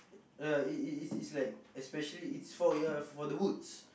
uh it it it it's like especially it's for your for the woods